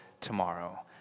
tomorrow